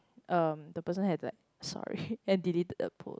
um the person has to like sorry then deleted the post